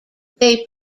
they